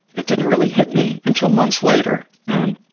it didn't really hit me until months later. and,